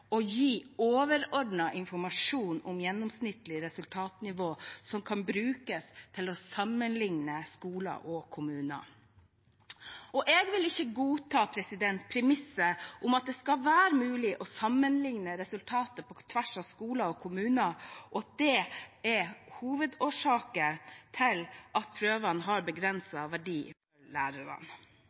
og å gi overordnet informasjon om gjennomsnittlig resultatnivå, som kan brukes til å sammenligne skoler og kommuner. Jeg vil ikke godta at premisset om at det skal være mulig å sammenligne resultatene på tvers av skoler og kommuner, er hovedårsaken til at prøvene har begrenset verdi for lærerne.